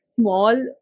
small